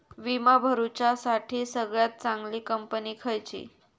विमा भरुच्यासाठी सगळयात चागंली कंपनी खयची?